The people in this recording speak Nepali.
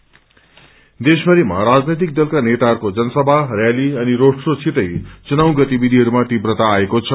अभजर्भर देशभरिमा राजनैतिक दलका नेताहरूको जनसभा रयाली अनि रोड शोसितै चुनाव गतिविधिहरूमा तीव्रता आएको छ